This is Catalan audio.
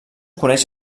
coneix